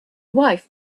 wife